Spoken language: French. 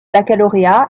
baccalauréat